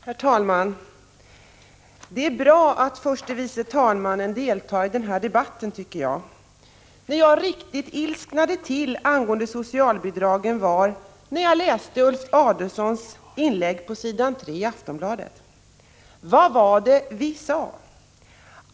Herr talman! Jag tycker det är bra att förste vice talmannen deltar i den här debatten. Det jag riktigt ilsknade till över angående socialbidragen var när jag läste Ulf Adelsohns inlägg på s. 3 i ett nummer av Aftonbladet. Där stod: Vad var det vi sade!